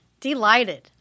Delighted